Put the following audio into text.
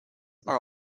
are